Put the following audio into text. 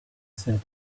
said